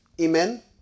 Amen